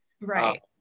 right